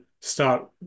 start